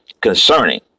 concerning